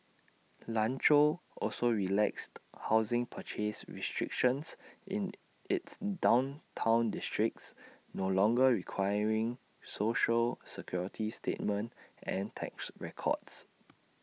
Lanzhou also relaxed housing purchase restrictions in its downtown districts no longer requiring Social Security statement and tax records